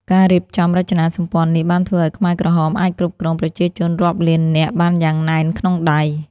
ការរៀបចំរចនាសម្ព័ន្ធនេះបានធ្វើឱ្យខ្មែរក្រហមអាចគ្រប់គ្រងប្រជាជនរាប់លាននាក់បានយ៉ាងណែនក្នុងដៃ។